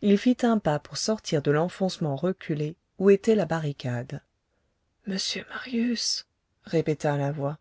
il fit un pas pour sortir de l'enfoncement reculé où était la barricade monsieur marius répéta la voix